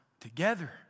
together